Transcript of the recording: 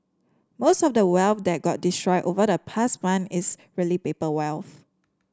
most of the wealth that got destroyed over the past month is really paper wealth